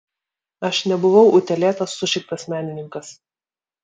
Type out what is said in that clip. aš nebuvau utėlėtas sušiktas menininkas